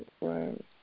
right